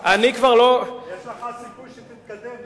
יש לך סיכוי שתתקדם,